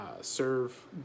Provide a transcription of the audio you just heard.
serve